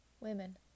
women